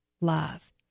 love